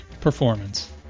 performance